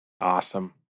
Awesome